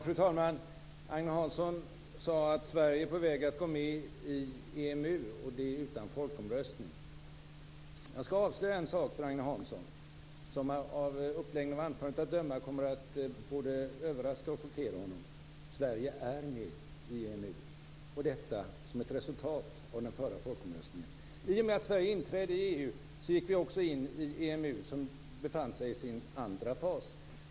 Fru talman! Agne Hansson sade att Sverige är på väg att gå med i EMU, och det utan folkomröstning. Jag ska avslöja en sak för Agne Hansson som av uppläggningen av anförandet att döma kommer att både överraska och chockera honom. Sverige är med i EMU. Detta är ett resultat av den förra folkomröstningen. I och med att Sverige inträdde i EU gick vi också in i EMU som befann sig i sin andra fas.